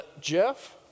Jeff